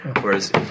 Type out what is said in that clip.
Whereas